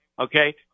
Okay